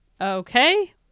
Okay